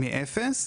מאפס.